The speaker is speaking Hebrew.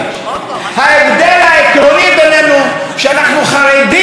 שאנחנו חרדים לאופי הדמוקרטי של המדינה שלנו,